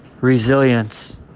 Resilience